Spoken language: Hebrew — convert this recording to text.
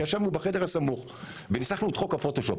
וישבנו בחדר הסמוך וניסחנו את חוק הפוטושופ.